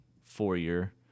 four-year